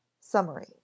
Summary